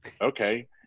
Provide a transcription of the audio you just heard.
Okay